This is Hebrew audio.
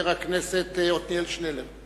חבר הכנסת עתניאל שנלר.